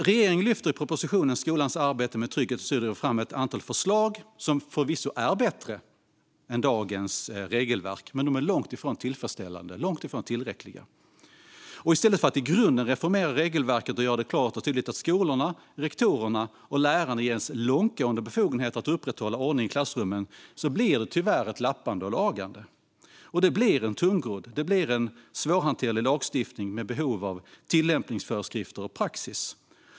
Regeringen lyfter i propositionen Skolans arbete med trygghet och studiero fram ett antal förslag som förvisso är bättre än dagens regelverk, men de är långt ifrån tillfredsställande och tillräckliga. I stället för att i grunden reformera regelverket och göra det klart och tydligt att skolorna, rektorerna och lärarna ges långtgående befogenheter att upprätthålla ordning i klassrummen blir det tyvärr ett lappande och lagande. Det blir en tungrodd och svårhanterlig lagstiftning med behov av tillämpningsföreskrifter och praxis.